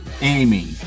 amy